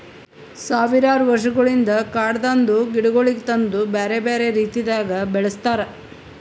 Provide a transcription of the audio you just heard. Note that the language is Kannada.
ಸಾವಿರಾರು ವರ್ಷಗೊಳಿಂದ್ ಕಾಡದಾಂದ್ ಗಿಡಗೊಳಿಗ್ ತಂದು ಬ್ಯಾರೆ ಬ್ಯಾರೆ ರೀತಿದಾಗ್ ಬೆಳಸ್ತಾರ್